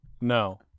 No